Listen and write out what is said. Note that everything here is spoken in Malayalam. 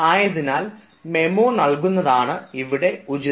ആയതിനാൽ മെമ്മോ നൽകുന്നതാണ് ഇവിടെ ഉചിതം